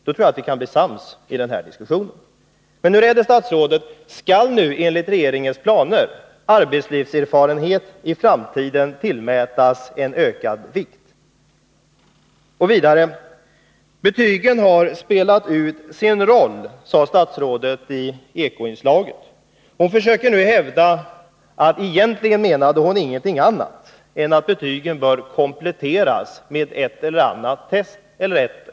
Då tror jag att vi kan bli sams i denna diskussion. Eller skall nu, enligt regeringens planer, arbetslivserfarenhet i framtiden tillmätas större vikt? Vidare: Betygen har spelat ut sin roll, sade statsrådet i Eko-inslaget. Hon försöker nu hävda att hon egentligen inte menade någonting annat än att betygen bör kompletteras med ett eller annat test eller prov.